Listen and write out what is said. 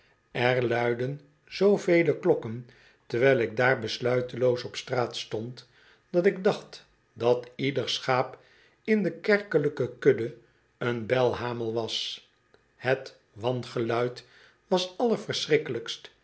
er luidden zoovele klokken terwijl ik daar besluiteloos op straat stond dat ik dacht dat ieder schaap in de kerkelijke kudde een belhamel was het wangeluid was